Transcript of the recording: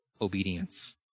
obedience